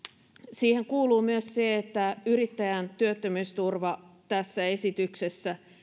siihen kuuluu myös se että yrittäjän työttömyysturva tässä esityksessä